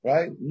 Right